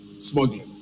smuggling